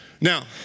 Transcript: Now